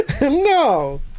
No